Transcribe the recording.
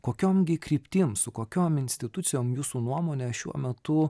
kokiom gi kryptim su kokiom institucijom jūsų nuomone šiuo metu